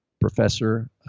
Professor